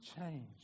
change